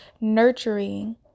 nurturing